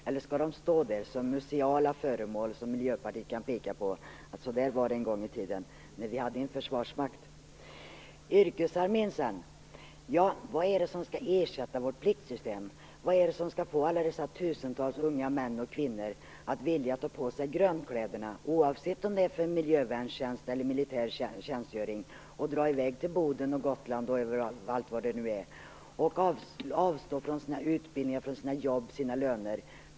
Eller skall de stå där som museala föremål, som man från Miljöpartiet kan peka på och säga: Så där var det en gång i tiden, när vi hade en försvarsmakt. Vad gäller yrkesarmén: Vad är det som skall ersätta vårt pliktsystem? Vad är det som skall få alla de tusentals unga männen och kvinnorna att vilja dra på sig grönkläderna - oavsett om det är för en miljövärnstjänst eller en militär tjänstgöring - och dra i väg till Gotland, Boden och vad det kan vara och avstå från sina utbildningar, sina jobb och sina löner?